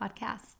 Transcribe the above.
Podcast